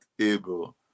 able